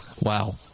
Wow